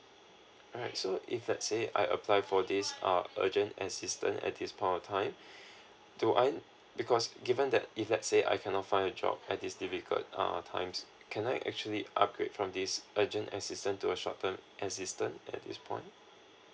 alright so if let's say I apply for this uh urgent assistant at this point of time do I because given that if let's say I cannot find a job at this difficult err times can I actually upgrade from this urgent assistance to a short term assistance at this point